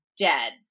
dead